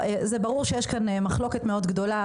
זה ברור שיש כאן מחלוקת מאוד גדולה,